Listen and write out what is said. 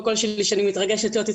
אתה אמרת לבן שלך שאתה לא עובד בזה,